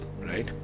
right